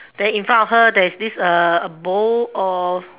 then in front of her there is this uh bowl of